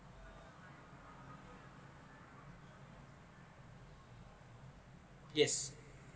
yes